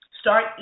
start